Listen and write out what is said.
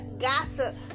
gossip